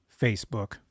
Facebook